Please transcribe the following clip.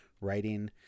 writing